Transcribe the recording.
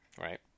Right